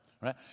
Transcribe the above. right